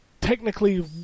technically